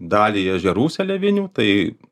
dalį ežerų seliavinių tai